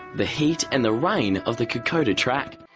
the heat, and the rain of the kokoda track.